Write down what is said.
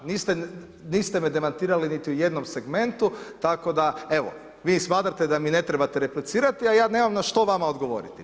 Niste me demantirali niti u jednom segmentu, tako da evo, vi smatrate da mi ne trebate replicirati, ja nemam na što vama odgovoriti.